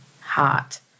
heart